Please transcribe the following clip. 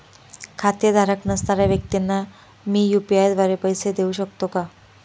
खातेधारक नसणाऱ्या व्यक्तींना मी यू.पी.आय द्वारे पैसे देऊ शकतो का?